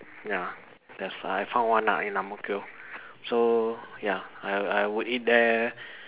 ya that's I found one ah in Ang-Mo-Kio so ya I I will eat there